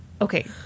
Okay